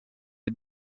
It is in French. est